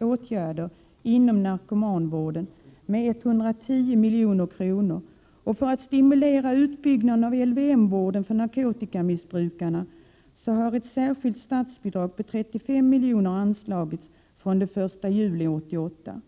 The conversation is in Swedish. åtgärder inom narkomanvården med 110 milj.kr. För att stimulera utbyggnaden av LVM-vården för narkotikamissbrukare har ett särskilt statsbidrag på 35 milj.kr. anslagits från den 1 juli 1988.